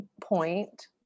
point